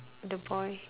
the boy